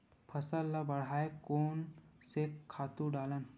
फसल ल बढ़ाय कोन से खातु डालन?